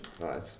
right